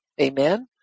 Amen